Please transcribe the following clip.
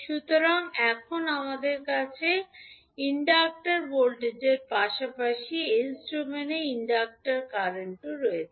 সুতরাং এখন আমাদের কাছে ইন্ডাক্টর ভোল্টেজ পাশাপাশি এস ডোমেনে ইনডাক্টর কারেন্ট রয়েছে